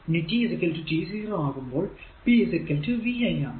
ഇനി tt0 ആകുമ്പോൾ p vi ആണ്